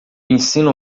ensino